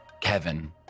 Kevin